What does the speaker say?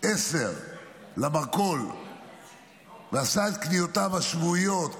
22:00 למרכול ועשה את קניותיו השבועיות,